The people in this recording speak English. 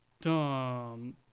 Dumb